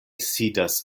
sidas